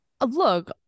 look